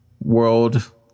world